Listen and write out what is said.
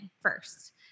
first